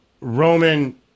Roman